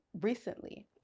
recently